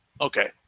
Okay